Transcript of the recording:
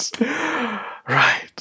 right